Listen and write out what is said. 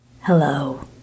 Hello